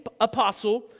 apostle